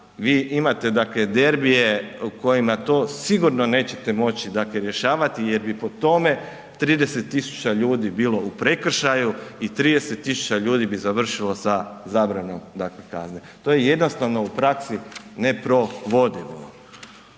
vi imate dakle derbije u kojima to sigurno nećete moći rješavati jer bi po tome 30.000 ljudi bilo u prekršaju i 30.000 ljudi bi završilo sa zabranom dakle kazne. To je jednostavno u praksi neprovodivo.